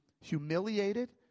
humiliated